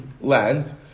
land